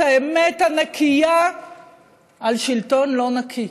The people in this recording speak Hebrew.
את האמת הנקייה על שלטון לא נקי.